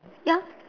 ya